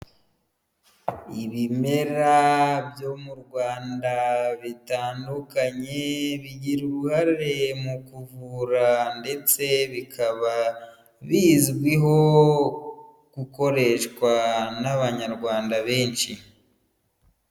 Ibimera byo mu Rwanda bitandukanye, bigira uruhare mu kuvura ndetse bikaba bizwiho gukoreshwa n' Abanyarwanda benshi.